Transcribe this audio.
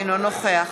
אינו נוכח